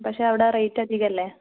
പക്ഷേ അവിടെ റേറ്റ് അധികമല്ലേ